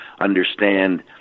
understand